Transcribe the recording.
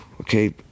Okay